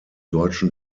deutschen